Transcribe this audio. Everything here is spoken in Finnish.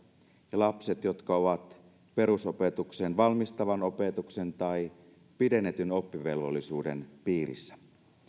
ja lapset jotka ovat perusopetukseen valmistavan opetuksen tai pidennetyn oppivelvollisuuden piirissä